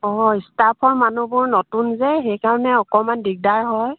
অঁ ষ্টাফৰ মানুহবোৰ নতুন যে সেইকাৰণে অকণমাণ দিগদাৰ হয়